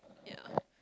ya